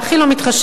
והכי לא מתחשבת,